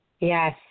Yes